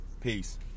Peace